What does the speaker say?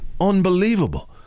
Unbelievable